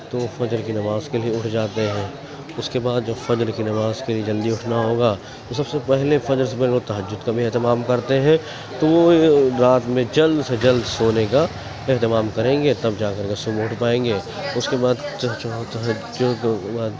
تو وہ فجر کی نماز کے لیے اٹھ جاتے ہیں اس کے بعد جب فجر کی نماز کے لیے جلدی اٹھنا ہوگا تو سب سے پہلے فجر سے پہلے وہ تہجد کا بھی اہتمام کرتے ہیں تو وہ رات میں جلد سے جلد سونے کا اہتمام کریں گے تب جا کر کے صبح اٹھ پائیں گے اس کے بعد تہجد